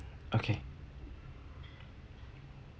okay